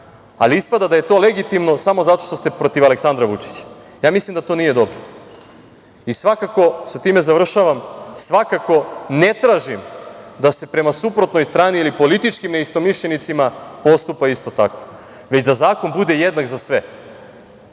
ali ispada da je to legitimno samo zato što ste protiv Aleksandra Vučića. Ja mislim da to nije dobro i svakako, sa time završavam, ne tražim da se prema suprotnoj strani ili političkim neistomišljenicima postupa isto tako, već da zakon bude jednak za sve